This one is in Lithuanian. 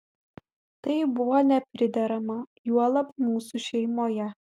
tai buvo nepriderama juolab mūsų šeimoje